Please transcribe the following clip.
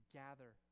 gather